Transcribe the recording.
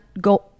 go